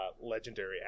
legendary